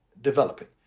developing